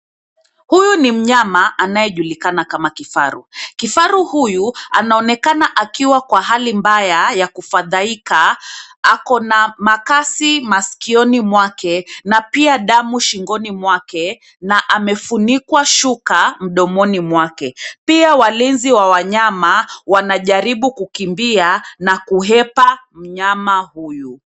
Huyu ni mnyama anayejulikana kama kifaru. Kifaru huyu anaonekana akiwa kwa hali mbaya ya kufadhaika. Ako na makasi maskioni mwake, na pia damu shingoni mwake, na amefunikwa shuka mdomoni mwake. Pia walinzi wa wanyama, wanajaribu kukimbia na kuhepa mnyama huyu.